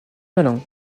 malin